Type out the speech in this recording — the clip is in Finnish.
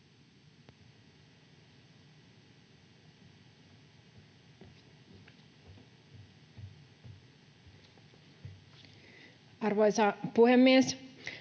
Arvoisa puhemies!